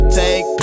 take